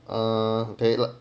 err